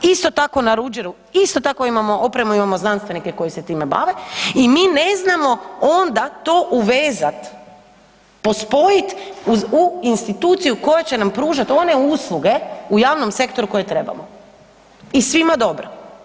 Isto tako na Ruđeru, isto tako imamo opremu, imamo znanstvenike koji se time bave i mi ne znamo onda to uvezat, pospojit u instituciju koja će nam pružat one usluge u javnom sektoru koje trebamo i svima dobro.